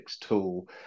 tool